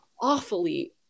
awfully